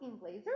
Blazer